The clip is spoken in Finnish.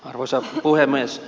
arvoisa puhemies